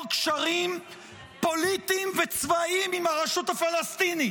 קשרים פוליטיים וצבאיים עם הרשות הפלסטינית.